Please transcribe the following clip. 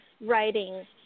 writing